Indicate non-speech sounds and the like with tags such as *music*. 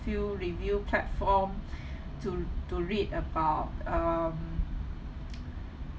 few review platform *breath* to to read about um